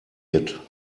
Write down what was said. hid